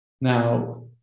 Now